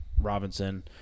Robinson